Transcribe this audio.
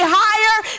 higher